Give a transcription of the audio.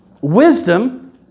Wisdom